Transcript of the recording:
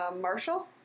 Marshall